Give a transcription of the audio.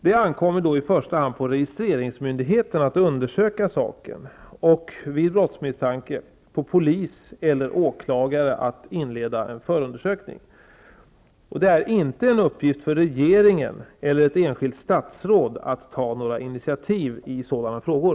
Det ankommer då i första hand på registreringsmyndigheten att undersöka saken och, vid brottsmisstanke, på polis eller åklagare att inleda förundersökning. Det är inte en uppgift för regeringen eller ett enskilt statsråd att ta några initiativ i sådana frågor.